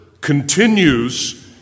continues